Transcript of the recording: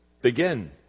begin